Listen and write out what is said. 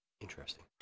Interesting